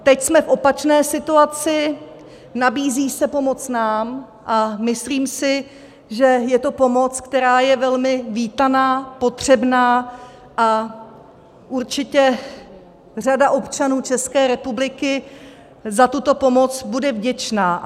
Teď jsme v opačné situaci, nabízí se pomoc nám a myslím si, že je to pomoc, která je velmi vítaná, potřebná, a určitě řada občanů České republiky za tuto pomoc bude vděčná.